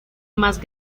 más